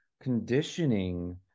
conditioning